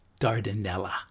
Dardanella